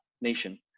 nation